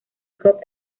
cup